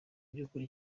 by’ukuri